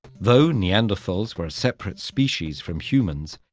though neanderthals were a separate species from humans,